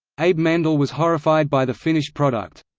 abe mandell was horrified by the finished product.